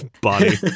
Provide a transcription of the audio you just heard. body